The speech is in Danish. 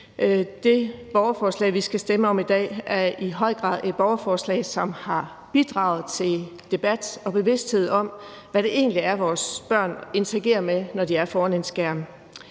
Det borgerforslag, vi skal stemme om i dag, er i høj grad et borgerforslag, som har bidraget til debat og bevidsthed om, hvad det egentlig er, vores børn interagerer med, når de er foran en skærm.